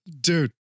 Dude